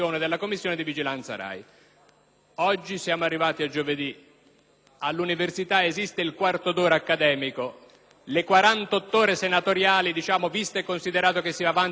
le 48 ore senatoriali, visto e considerato che si va avanti di prassi in prassi e convenzione in convenzione, probabilmente si possono dare per acquisite. Ecco, sarebbe utile comprendere